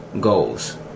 goals